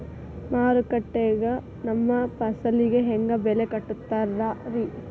ಮಾರುಕಟ್ಟೆ ಗ ನಮ್ಮ ಫಸಲಿಗೆ ಹೆಂಗ್ ಬೆಲೆ ಕಟ್ಟುತ್ತಾರ ರಿ?